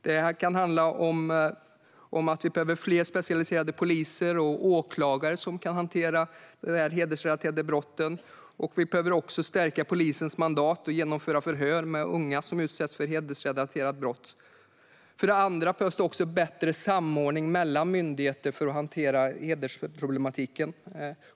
Det kan handla om att det behövs fler specialiserade poliser och åklagare som kan hantera de hedersrelaterade brotten, och vi behöver också förstärka polisens mandat att genomföra förhör med unga som utsätts för hedersrelaterade brott. För det andra: Det behövs bättre samordning mellan myndigheter för att hantera hedersproblem.